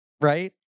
Right